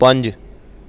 ਪੰਜ